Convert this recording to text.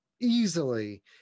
easily